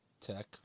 Tech